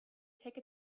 take